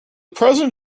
president